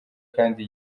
kandi